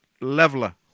leveler